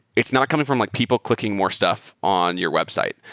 it's not coming from like people clicking more stuff on your website.